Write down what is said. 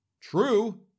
True